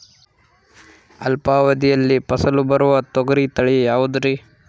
ಅಲ್ಪಾವಧಿಯಲ್ಲಿ ಫಸಲು ಬರುವ ತೊಗರಿ ತಳಿ ಯಾವುದುರಿ?